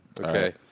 Okay